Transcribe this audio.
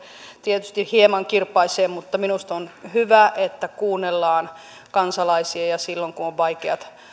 tietysti hieman kirpaisee mutta minusta on hyvä että kuunnellaan kansalaisia ja silloin kun on vaikeat